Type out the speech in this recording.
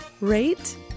rate